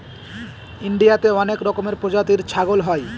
ইন্ডিয়াতে অনেক রকমের প্রজাতির ছাগল হয়